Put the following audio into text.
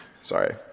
sorry